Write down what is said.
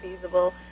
feasible